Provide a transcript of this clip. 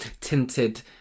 Tinted